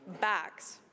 backs